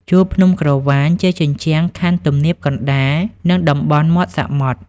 ជួរភ្នំក្រវាញ ជាជញ្ជាំងខ័ណ្ឌទំនាបកណ្តាល និងតំបន់មាត់សមុទ្រ ។